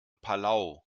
palau